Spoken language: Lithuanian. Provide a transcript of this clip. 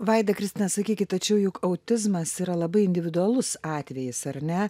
vaida kristina sakykit tačiau juk autizmas yra labai individualus atvejis ar ne